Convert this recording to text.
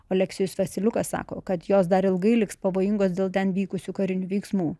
oleksijus vasiliukas sako kad jos dar ilgai liks pavojingos dėl ten vykusių karinių veiksmų